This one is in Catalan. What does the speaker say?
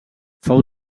fou